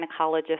gynecologist